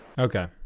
okay